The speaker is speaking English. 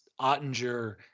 Ottinger